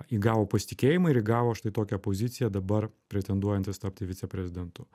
įgavo pasitikėjimą ir įgavo štai tokią poziciją dabar pretenduojantis tapti viceprezidentu